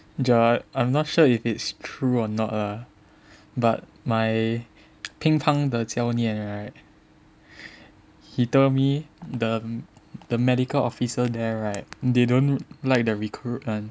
Joel I'm not sure if it's true or not ah but my 乒乓的教练 right he told me the the medical officer there right they don't like the recruit [one]